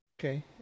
Okay